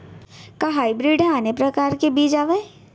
का हाइब्रिड हा आने परकार के बीज आवय?